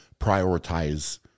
prioritize